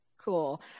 Cool